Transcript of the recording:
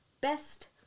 Best